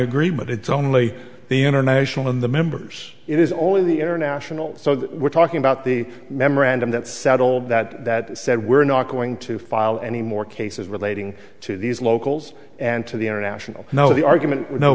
agreement it's only the international in the members it is only the international so we're talking about the memorandum that settled that that said we're not going to file any more cases relating to these locals and to the international you know the argument